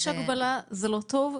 כשיש הגבלה זה לא טוב,